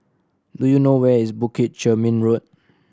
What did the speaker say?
do you know where is Bukit Chermin Road